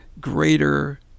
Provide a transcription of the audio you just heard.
greater